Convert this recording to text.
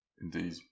indeed